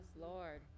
Lord